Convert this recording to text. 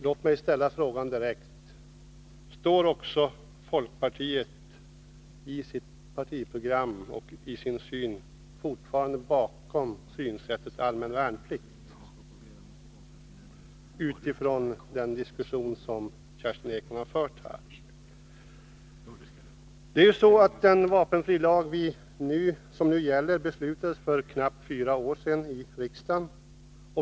Låt mig ställa frågan direkt: Står folkpartiet i sitt partiprogram och i sitt synsätt fortfarande bakom allmän värnplikt, utifrån den diskussion som Kerstin Ekman har fört här? Den vapenfrilag som nu gäller beslutades av riksdagen för knappt fyra år sedan.